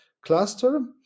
cluster